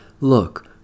Look